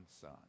son